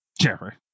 Jeffrey